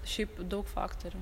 šiaip daug faktorių